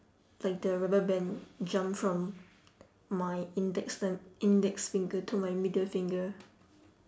like the rubber band jump from my index the index finger to my middle finger